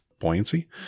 buoyancy